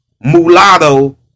mulatto